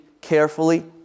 carefully